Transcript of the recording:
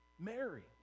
Mary